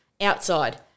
outside